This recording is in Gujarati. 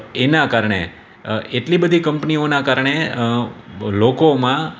એના કારણે એટલી બધી કંપનીઓના કારણે લોકોમાં